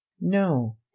No